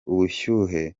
ubushyuhe